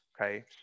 okay